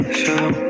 show